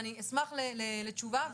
ואני אשמח לתשובה.